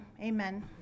Amen